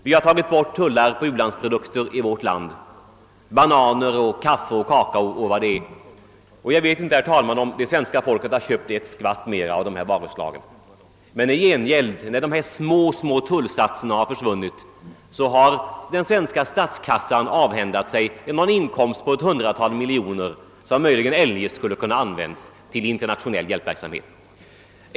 Vi har tagit bort tullar på u-landsprodukter i vårt land t.ex. i fråga om bananer, kaffe och kakao. Jag vet inte, herr talman, om det svenska folket har köpt ett skvatt mer av dessa varuslag. När dessa små tullsatser har försvunnit har den svenska statskassan emellertid avhänt sig en inkomst på ett hundratal miljoner kronor, som eljest möjligen hade kunnat användas till internationell hjälpverksamhet.